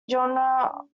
genre